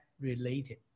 related